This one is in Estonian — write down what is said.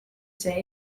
see